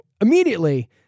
immediately